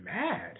mad